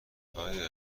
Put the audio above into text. آیا